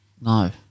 No